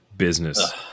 business